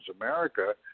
America